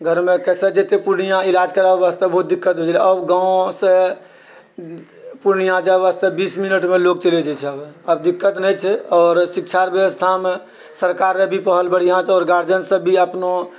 घरमे कैसे जेतै पूर्णियाँ इलाज कराबय वास्ते बहुत दिक्कत होइत छलै आब गाँवसँ पूर्णियाँ जाय वास्ते बीस मिनटमे लोग चलि जाइत छै आब आब दिक्कत नहि छै आओर शिक्षा र व्यवस्थामे सरकार र भी पहल बढ़ियाँ छै आओर गार्जनसभ भी अपनो